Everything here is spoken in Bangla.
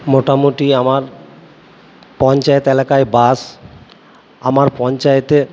মোটামোটি আমার পঞ্চায়েত এলাকায় বাস আমার পঞ্চায়েতে